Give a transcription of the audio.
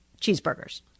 cheeseburgers